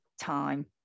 time